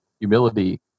Humility